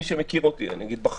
מי שמכיר אותי אני לא אגיד "בחיים",